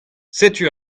setu